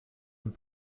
und